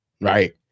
right